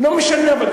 לא משנה.